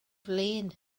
flin